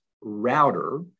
router